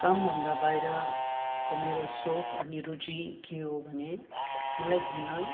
कामभन्दाको बाहिरको मेरो सोक अनि रुचि के हो भने मलाई घुम्न